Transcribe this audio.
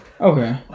Okay